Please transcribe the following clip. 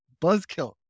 Buzzkill